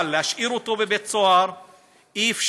אבל להשאיר אותו בבית סוהר אי-אפשר,